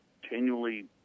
continually